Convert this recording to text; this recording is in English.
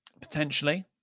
Potentially